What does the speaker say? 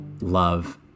love